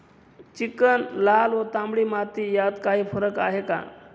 Chicken, लाल व तांबडी माती यात काही फरक आहे का?